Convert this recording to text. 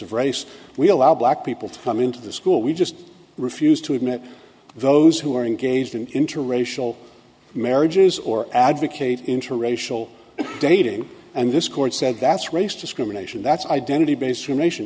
of race we allow black people to come into the school we just refuse to admit those who are engaged in interracial marriages or advocate interracial dating and this court said that's race discrimination that's identity base